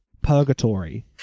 purgatory